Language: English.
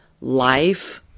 life